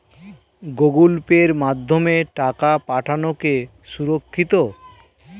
Google Pay মাধ্যমে টাকা পাঠানোকে সুরক্ষিত?